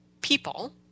people